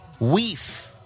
Weef